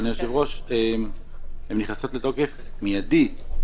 אדוני היושב-ראש שהן נכנסות לתוקף מיידית,